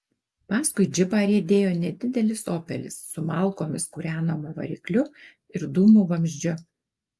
paskui džipą riedėjo nedidelis opelis su malkomis kūrenamu varikliu ir dūmų vamzdžiu